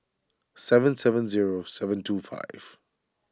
seven seven zero seven two five